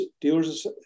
Dealers